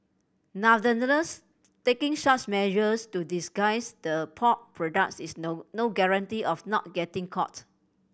nonetheless taking such measures to disguise the pork products is no no guarantee of not getting caught